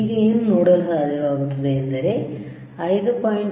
ಈಗ ಏನು ನೋಡಲು ಸಾಧ್ಯವಾಗುತ್ತದೆ ಎಂದರೆ 5